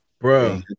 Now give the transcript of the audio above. Bro